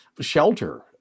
shelter